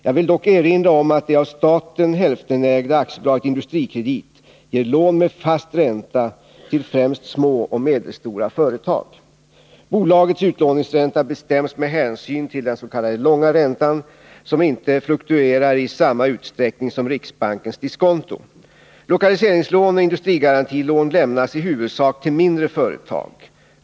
Jag vill dock erinra om att det av staten hälftenägda AB Industrikredit ger lån med fast ränta till främst små och medelstora företag. Bolagets utlåningsränta bestäms med hänsyn till den s.k. långa räntan som inte fluktuerar i samma utsträckning som riksbankens diskonto. Lokaliseringslån och industrigarantilån lämnas i huvudsak till mindre företag.